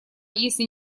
если